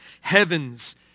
heavens